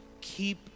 keep